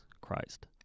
Christ